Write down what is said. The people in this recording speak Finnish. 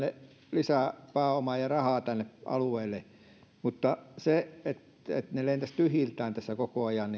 lisää pääomaa ja rahaa tänne alueelle mutta eihän se että koneet lentäisivät tyhjiltään koko ajan